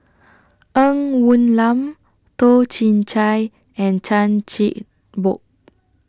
Ng Woon Lam Toh Chin Chye and Chan Chin Bock